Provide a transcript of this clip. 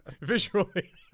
Visually